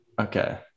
okay